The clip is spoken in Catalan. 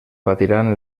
patiran